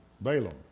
Balaam